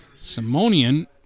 Simonian